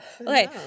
Okay